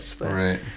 Right